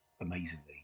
amazingly